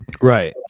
Right